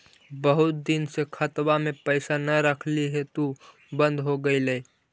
बहुत दिन से खतबा में पैसा न रखली हेतू बन्द हो गेलैय?